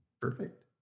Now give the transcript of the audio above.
Perfect